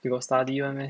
you got study one meh